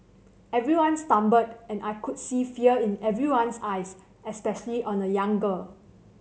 everyone stumbled and I could see fear in everyone's eyes especially on a young girl